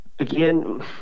again